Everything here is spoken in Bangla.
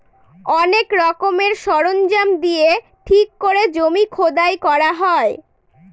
অনেক রকমের সরঞ্জাম দিয়ে ঠিক করে জমি খোদাই করা হয়